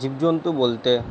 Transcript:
জীবজন্তু বলতে